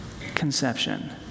conception